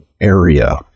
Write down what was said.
area